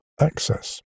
access